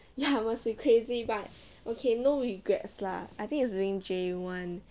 ya I was like crazy but okay no regrets lah I think it was during J one